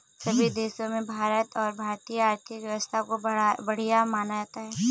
सभी देशों में भारत और भारतीय आर्थिक व्यवस्था को बढ़िया माना जाता है